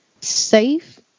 safe